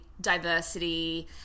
diversity